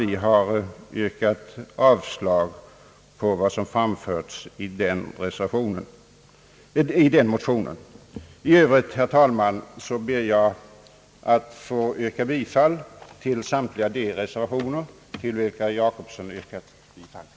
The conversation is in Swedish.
Vi har yrkat avslag på vad som framförts i denna motion. I övrigt, herr talman, ber jag att få yrka bifall till samtliga de reservationer, till vilka herr Gösta Jacobsson yrkat bifall.